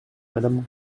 madame